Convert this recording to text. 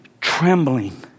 trembling